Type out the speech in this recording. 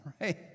right